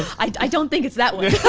i don't think it's that